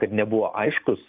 kad nebuvo aiškus